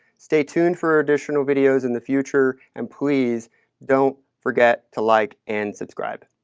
stay tuned for additional videos in the future and please don't forget to like and subscribe.